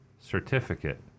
Certificate